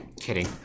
Kidding